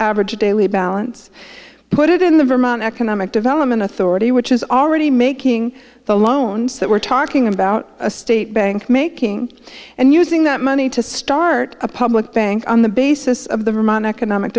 average daily balance put it in the vermont economic development authority which is already making the loans that we're talking about a state bank making and using that money to start a public bank on the basis of the vermont economic